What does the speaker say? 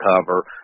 cover